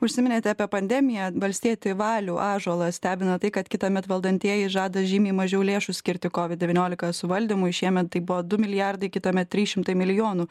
užsiminėte apie pandemiją valstietį valių ąžuolą stebina tai kad kitąmet valdantieji žada žymiai mažiau lėšų skirti kovid devyniolika suvaldymui šiemet tai buvo du milijardai kitąmet trys šimtai milijonų